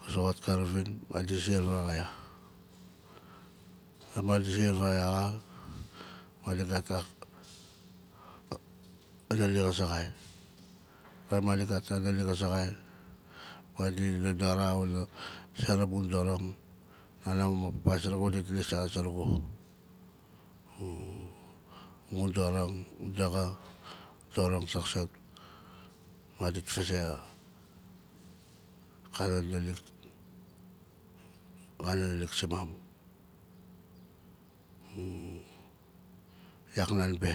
ga zoxot ka ravin madi ziar vaaraxai ya ma madi ziar vaaraxai ya xa madi gat a naalik a zaxai taim madi gat a naalik a zaxai madi dodora wanaa zera mun dorang nana ma papa zurugu dit lis a zurung amun dorang daxa dorang taaksat madi fazeia akana naalik akana naalik simam yak nan be